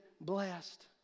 blessed